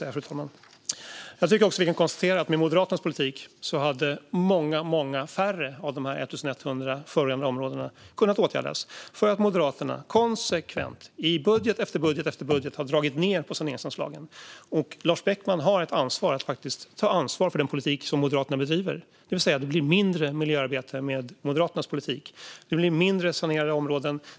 Jag tycker också att vi kan konstatera att med Moderaternas politik hade många färre av de 1 100 förorenade områdena kunnat åtgärdas eftersom Moderaterna konsekvent, i budget efter budget, har dragit ned på saneringsanslagen. Lars Beckman har att faktiskt ta ansvar för den politik som Moderaterna bedriver, det vill säga att det blir mindre miljöarbete med Moderaternas politik. Det blir färre sanerade områden.